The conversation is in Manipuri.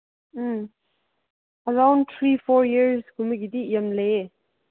ꯎꯝ ꯑꯔꯥꯎꯟ ꯊ꯭ꯔꯤ ꯐꯣꯔ ꯏꯌꯔꯁꯀꯨꯝꯕꯒꯤꯗꯤ ꯌꯥꯝ ꯂꯩꯌꯦ